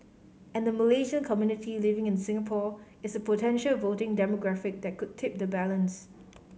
and the Malaysian community living in Singapore is a potential voting demographic that could tip the balance